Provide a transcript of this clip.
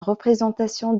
représentation